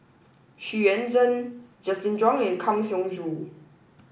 Xu Yuan Zhen Justin Zhuang and Kang Siong Joo